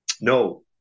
No